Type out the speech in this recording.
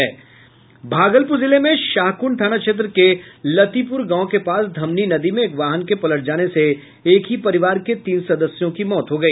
भागलपुर जिले में शाहकुंड थाना क्षेत्र के लतीपुर गांव के पास धमनी नदी में एक वाहन के पलट जाने से एक ही परिवार के तीन सदस्य की मौत हो गई